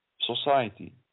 society